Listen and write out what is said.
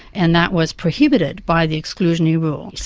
and that was prohibited by the exclusionary rule.